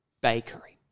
Bakery